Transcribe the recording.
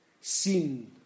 sin